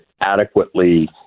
adequately